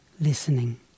listening